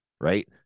right